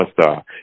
star